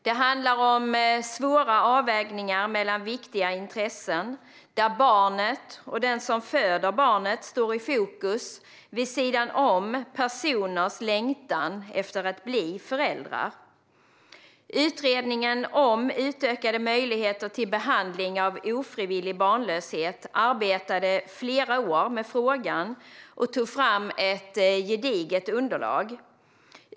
Det handlar om svåra avvägningar mellan viktiga intressen, där barnet och den som föder barnet står i fokus, vid sidan av personers längtan efter att bli föräldrar. Utredningen om utökade möjligheter till behandling av ofrivillig barnlöshet arbetade flera år med frågan och tog fram ett gediget underlag.